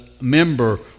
member